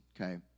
okay